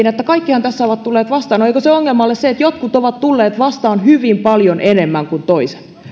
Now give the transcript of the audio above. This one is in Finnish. että kaikkihan tässä ovat tulleet vastaan niin eikö ongelma ole se että jotkut ovat tulleet vastaan hyvin paljon enemmän kuin